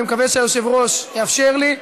אני מקווה שהיושב-ראש יאפשר לי,